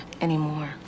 anymore